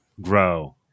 grow